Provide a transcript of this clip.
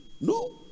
No